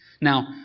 Now